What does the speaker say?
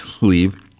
leave